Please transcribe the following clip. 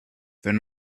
wenn